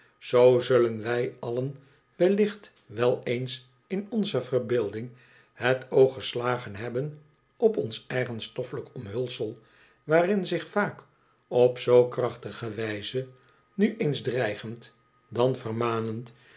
zoo zullen wij allen wellicht wel eens in onze verbeelding het oog geslagen hebben op ons eigen stoffelijk omhulsel waarin zich vaak op zoo krachtige wijze nu eens dreigend dan vermanend